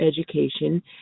education